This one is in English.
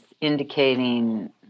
indicating